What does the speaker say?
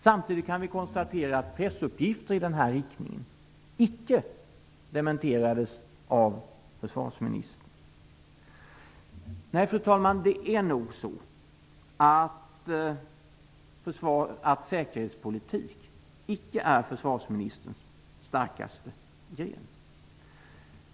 Samtidigt kan vi konstatera att pressuppgifter i den här riktningen icke dementerades av försvarsministern. Nej, fru talman, det är nog så att säkerhetspolitik icke är försvarsmininsterns starkaste gren.